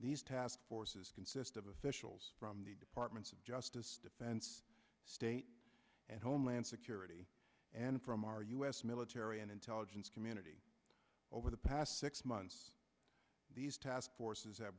these task forces consist of officials from the department of justice state and homeland security and from our u s military and intelligence community over the past six months these task forces